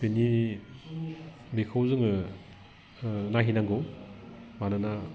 बिनि बिखौ जोङो नायहैनांगौ मानोना